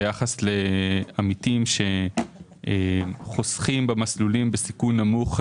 ביחס לעמיתים שחוסכים במסלולים בסיכון נמוך,